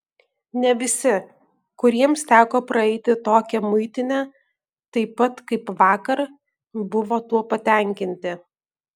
ne visi kuriems teko praeiti tokią muitinę taip pat kaip vakar buvo tuo patenkinti